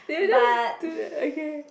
do you just do it okay